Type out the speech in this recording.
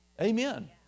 Amen